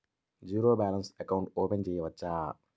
Zero balance తో account open చేయవచ్చు?